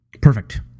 Perfect